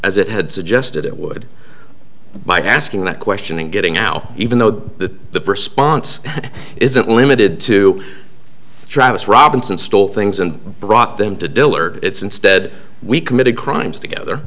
as it had suggested it would by asking that question and getting out even though the response isn't limited to travis robinson stole things and brought them to dillard it's instead we committed crimes together